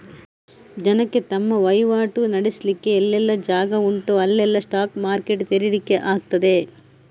ಜನಕ್ಕೆ ತಮ್ಮ ವೈವಾಟು ನಡೆಸ್ಲಿಕ್ಕೆ ಎಲ್ಲೆಲ್ಲ ಜಾಗ ಉಂಟೋ ಅಲ್ಲೆಲ್ಲ ಸ್ಪಾಟ್ ಮಾರ್ಕೆಟ್ ತೆರೀಲಿಕ್ಕೆ ಆಗ್ತದೆ